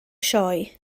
sioe